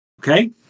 Okay